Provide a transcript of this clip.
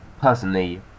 personally